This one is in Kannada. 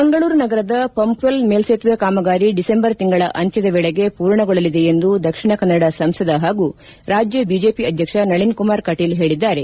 ಮಂಗಳೂರು ನಗರದ ಪಂಪ್ ವೆಲ್ ಮೇಲ್ಲೇತುವೆ ಕಾಮಗಾರಿ ಡಿಸೆಂಬರ್ ತಿಂಗಳ ಅಂತ್ಯದ ವೇಳೆಗೆ ಪೂರ್ಣಗೊಳ್ಳಲಿದೆ ಎಂದು ದಕ್ಷಿಣ ಕನ್ನಡ ಸಂಸದ ಹಾಗೂ ರಾಜ್ಯ ಬಿಜೆಪಿ ಅಧ್ಯಕ್ಷ ನಳಿನ್ ಕುಮಾರ್ ಕಟೀಲ್ ಹೇಳಿದ್ದಾರೆ